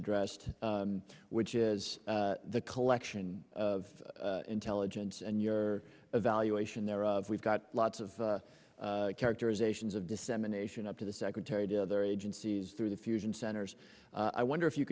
addressed which is the collection of intelligence and your evaluation thereof we've got lots of characterizations of dissemination up to the secretary to other agencies through the fusion centers i wonder if you